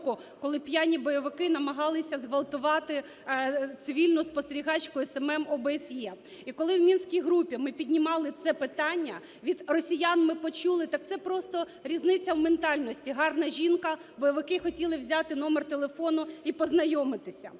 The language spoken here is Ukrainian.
коли п'яні бойовики намагалися зґвалтувати цивільну спостерігачку СММ ОБСЄ. І коли в Мінській групі ми піднімали це питання, від росіян ми почули: "Так це просто різниця в ментальності, гарна жінка, бойовики хотіли взяти номер телефону і познайомитися".